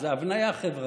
זה הבניה חברתית.